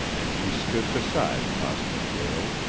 and she stood beside prosper gael,